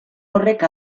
horrek